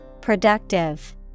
Productive